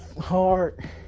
hard